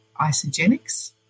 Isogenics